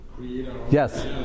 Yes